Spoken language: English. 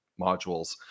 modules